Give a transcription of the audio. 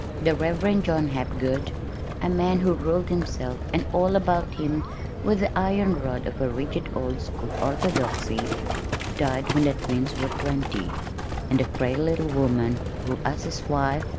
the reverend john hapgood a man who ruled himself and all about him with the iron rod of a rigid old-school orthodoxy died when the twins were twenty and the frail little woman who, as his wife,